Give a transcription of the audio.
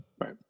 right